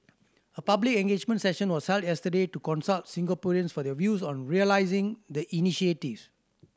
a public engagement session was held yesterday to consult Singaporeans for their views on realising the initiative